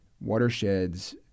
watersheds